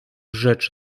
rzecz